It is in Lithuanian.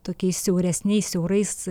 tokiais siauresniais siaurais